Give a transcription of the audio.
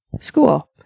School